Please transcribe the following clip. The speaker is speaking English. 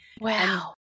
Wow